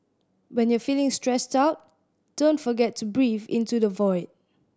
when you are feeling stressed out don't forget to breathe into the void